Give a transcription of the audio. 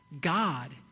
God